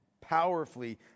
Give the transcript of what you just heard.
powerfully